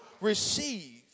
receive